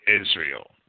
Israel